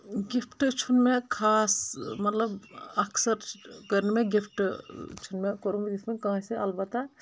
gift چھُنہٕ مےٚ خاص مطلب اکثر کٔر نہٕ مےٚ گفٹ چھُنہٕ مےٚ کوٚرمُت یتھ پٲٹھۍ کٲنٛسہِ البتہ